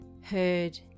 heard